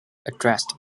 addressed